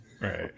Right